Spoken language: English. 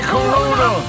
Corona